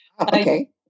Okay